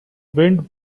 wind